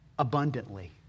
Abundantly